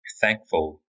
thankful